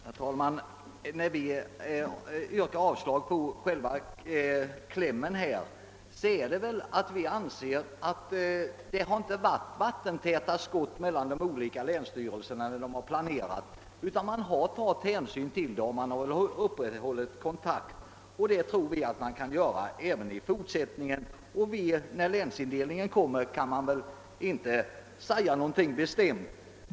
Herr talman! Anledningen till att vi yrkar avslag på de likalydande motionerna I: 549 och II: 619 är att det enligt vår uppfattning inte varit vattentäta skott mellan de olika länsstyrelserna vid planeringen utan att dessa upprätthållit kontakt och tagit ömsesidiga hänsyn. Det tror vi att man kan göra även i fortsättningen. När beslut om länsindelningen kommer att fattas vet vi ju inte bestämt.